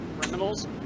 criminals